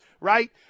right